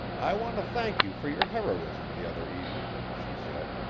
i want to thank you for your heroism the other evening, she said.